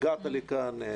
הגעת לכאן,